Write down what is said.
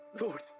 Lord